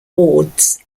wards